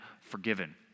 forgiven